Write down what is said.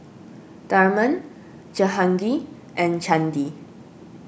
Tharman Jehangirr and Chandi